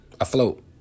afloat